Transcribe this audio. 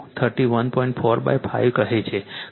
45 કહે છે કારણ કે તે XL 31